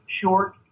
short